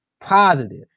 Positive